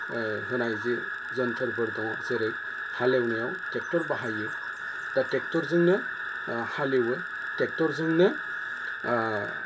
होनाय जि जोनथोरफोर दङ जेरै हालेवनायाव ट्रेक्टर बाहायो दा ट्रेक्टरजोंनो हालेवो ट्रेक्टरजोंनो